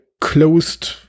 closed